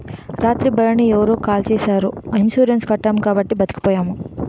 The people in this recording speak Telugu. రాత్రి బండిని ఎవరో కాల్చీసారు ఇన్సూరెన్సు కట్టాము కాబట్టి బతికిపోయాము